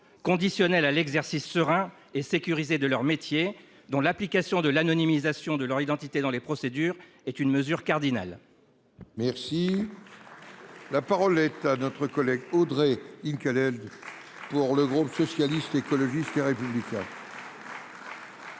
conditionnelle à l'exercice serein et sécurisé de leur métier dont l'application de l'anonymisation de leur identité dans les procédures est une mesure cardinale. Merci. La parole est à notre collègue Audrey Inquilel pour le groupe socialiste, écologiste et républicain. Monsieur